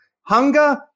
Hunger